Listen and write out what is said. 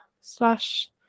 slash